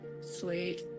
Sweet